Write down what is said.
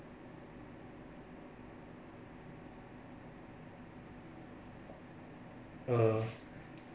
err